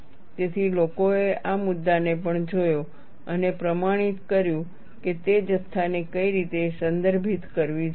તેથી લોકોએ આ મુદ્દાને પણ જોયો અને પ્રમાણિત કર્યું કે તે જથ્થાને કઈ રીતે સંદર્ભિત કરવી જોઈએ